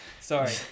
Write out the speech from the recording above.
sorry